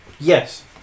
Yes